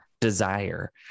desire